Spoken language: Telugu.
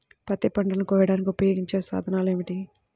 పత్తి పంటలను కోయడానికి ఉపయోగించే సాధనాలు ఏమిటీ?